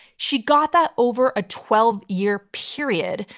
she got that over a twelve year period,